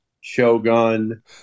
*Shogun*